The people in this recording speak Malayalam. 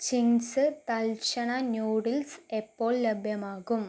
ചിംഗ്സ് തൽക്ഷണ നൂഡിൽസ് എപ്പോൾ ലഭ്യമാകും